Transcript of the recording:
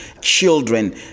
Children